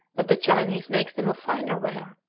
but the chinese make them of finer ware,